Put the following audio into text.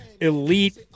elite